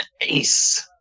Nice